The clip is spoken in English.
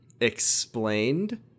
explained